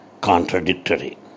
contradictory